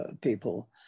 people